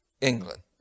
England